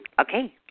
Okay